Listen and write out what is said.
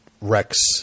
Rex